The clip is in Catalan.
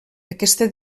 aquesta